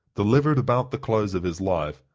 delivered about the close of his life,